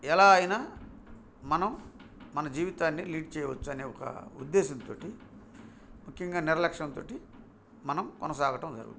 ఎలా అయినా మనం మన జీవితాన్ని లీడ్ చేయవచ్చు అనే ఒక ఉద్దేశంతో ముఖ్యంగా నిర్లక్ష్యంతో మనం కొనసాగటం జరుగుతుంది